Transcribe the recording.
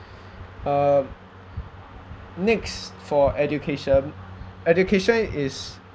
um next for education education is